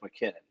McKinnon